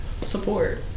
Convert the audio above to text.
support